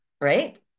right